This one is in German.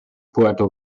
puerto